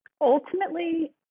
ultimately